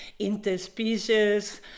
interspecies